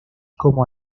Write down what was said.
como